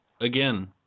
again